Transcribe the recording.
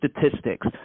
statistics